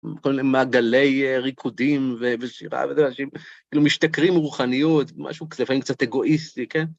כל מיני מעגלי ריקודים ושירה וזה מה שהם, כאילו, משתכרים רוחניות, משהו לפעמים קצת אגואיסטי, כן?